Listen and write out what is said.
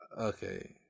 Okay